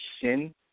sin